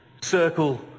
circle